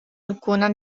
alcuna